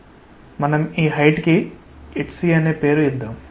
మరియు మనం ఈ హైట్ కి hcఅనే పేరు ఇద్దాం